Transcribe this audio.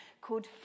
called